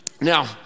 Now